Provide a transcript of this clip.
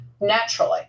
naturally